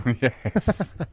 Yes